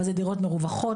אבל זה דירות מרווחות,